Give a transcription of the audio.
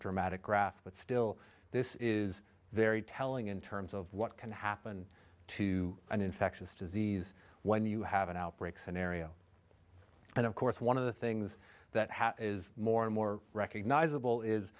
dramatic graph but still this is very telling in terms of what can happen to an infectious disease when you have an outbreak scenario and of course one of the things that hat is more and more recognizable is